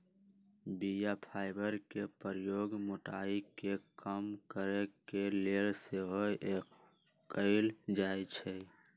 बीया फाइबर के प्रयोग मोटाइ के कम करे के लेल सेहो कएल जाइ छइ